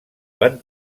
van